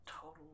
total